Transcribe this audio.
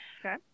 Okay